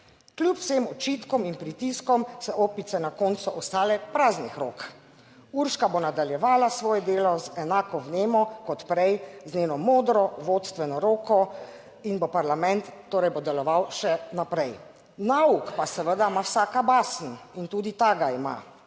Kljub vsem očitkom in pritiskom so opice na koncu ostale praznih rok. Urška bo nadaljevala svoje delo z enako vnemo kot prej, z njeno modro vodstveno roko in bo parlament, torej bo deloval še naprej. Nauk pa seveda ima vsaka basen in tudi ta ga ima.